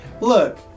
Look